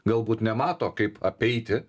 galbūt nemato kaip apeiti